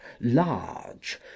large